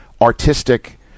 artistic